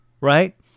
right